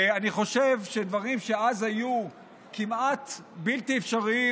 אני חושב שדברים שאז היו כמעט בלתי אפשריים